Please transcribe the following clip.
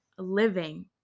living